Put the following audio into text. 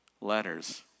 letters